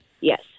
Yes